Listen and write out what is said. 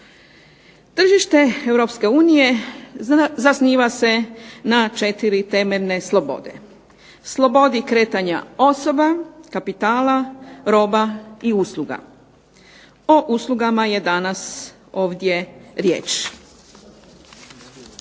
Tržište EU zasniva se na 4 temeljne slobode. Slobodi kretanja osoba, kapitala, roba i usluga. O uslugama je danas ovdje riječ.